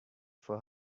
for